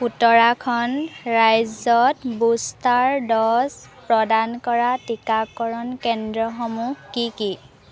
উত্তৰাখণ্ড ৰাজ্যত booster dose প্ৰদান কৰা টিকাকৰণ কেন্দ্ৰসমূহ কি কি